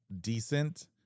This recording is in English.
decent